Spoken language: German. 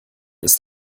ist